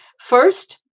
First